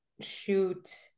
shoot